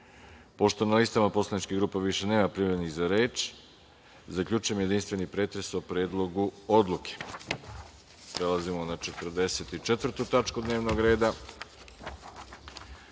(Ne)Pošto na listama poslaničkih grupa više nema prijavljenih za reč, zaključujem jedinstveni pretres o Predlogu odluke. Prelazimo na 44. tačku dnevnog reda. Pre